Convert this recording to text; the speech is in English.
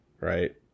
right